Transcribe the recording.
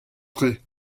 tre